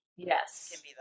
Yes